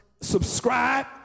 subscribe